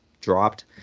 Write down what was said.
dropped